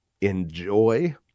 enjoy